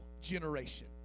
generation